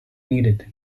needed